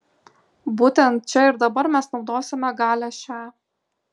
būtent čia ir dabar mes naudosime galią šią